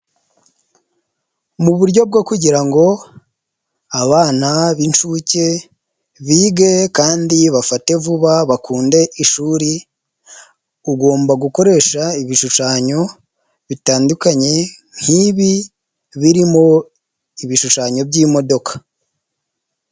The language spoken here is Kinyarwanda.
Muburyo bwo kugira ngo abana b'incuke ,bige kandi bafate vuba bakunde ishuri ,ugomba gukoresha ibishushanyo ,bitandukanye nk'ibi birimo ibishushanyo by'imodoka.